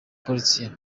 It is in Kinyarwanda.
portia